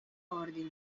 orden